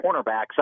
cornerbacks